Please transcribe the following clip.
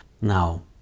Now